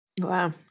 Wow